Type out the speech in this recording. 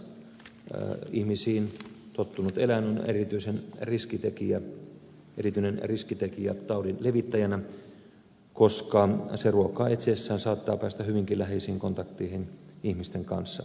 kesyyntynyt kaupunkiolosuhteissa ihmisiin tottunut eläin on erityinen riskitekijä taudin levittäjänä koska se ruokaa etsiessään saattaa päästä hyvinkin läheisiin kontakteihin ihmisten kanssa